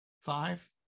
Five